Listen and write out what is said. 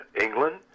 England